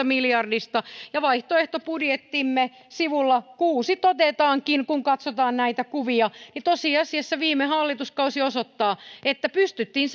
miljardista vaihtoehtobudjettimme sivulla kuuden todetaankin kun katsotaan näitä kuvia että tosiasiassa viime hallituskausi osoittaa että pystyttiin